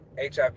HIV